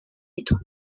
ditu